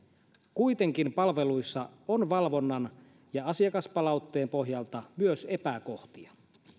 kuitenkin palveluissa on valvonnan ja asiakaspalautteen pohjalta myös epäkohtia